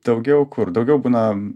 daugiau kur daugiau būna